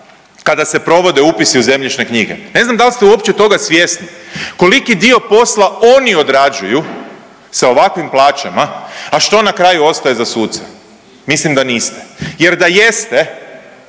kada se provode upisi u zemljišne knjige, ne znam dal ste uopće toga svjesni, koliki dio posla oni odrađuju sa ovakvim plaćama, a što na kraju ostaje za suce. Mislim da niste jer da jeste